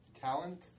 Talent